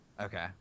Okay